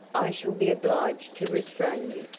i shall be obliged to restrain you,